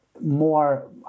more